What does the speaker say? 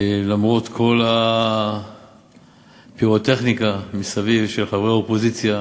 למרות כל הפירוטכניקה מסביב של חברי האופוזיציה,